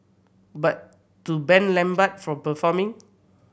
but to ban Lambert from performing